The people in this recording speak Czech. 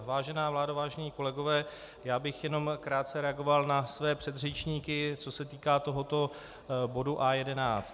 Vážená vládo, vážení kolegové, já bych jenom krátce reagoval na své předřečníky, co se týká tohoto bodu A11.